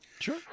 Sure